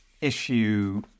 issue